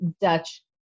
dutch